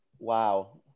wow